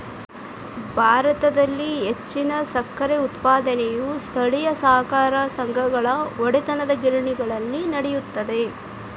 ಭಾರತದಲ್ಲಿ ಹೆಚ್ಚಿನ ಸಕ್ಕರೆ ಉತ್ಪಾದನೆಯು ಸ್ಥಳೇಯ ಸಹಕಾರ ಸಂಘಗಳ ಒಡೆತನದಗಿರಣಿಗಳಲ್ಲಿ ನಡೆಯುತ್ತದೆ